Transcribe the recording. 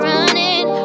Running